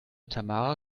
tamara